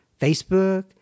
Facebook